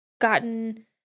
gotten